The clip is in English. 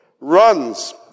runs